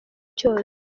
cyose